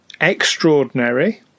extraordinary